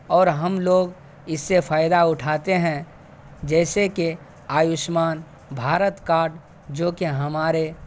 اور ہم لوگ اس سے فائدہ اٹھاتے ہیں جیسے کہ آیوشمان بھارت کاڈ جوکہ ہمارے